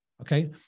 Okay